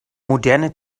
moderne